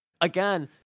Again